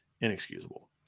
inexcusable